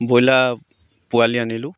broiler পোৱালি আনিলোঁ